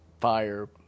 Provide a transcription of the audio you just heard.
fire